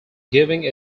giving